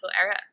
era